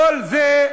כל זה,